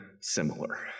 similar